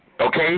Okay